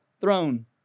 throne